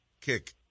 kick